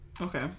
Okay